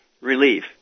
relief